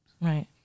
right